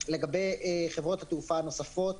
לגבי חברות התעופה הנוספות